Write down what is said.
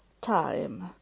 time